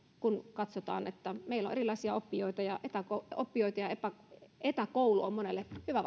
kun katsotaan että meillä on erilaisia oppijoita etäkoulu on monelle hyvä